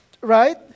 Right